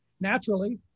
naturally